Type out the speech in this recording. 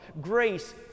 grace